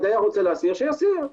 הדייר רוצה להסיר - שיסיר.